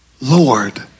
Lord